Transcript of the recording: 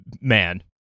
man